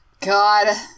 God